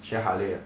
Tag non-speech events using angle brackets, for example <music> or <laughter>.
<noise> 好累 ah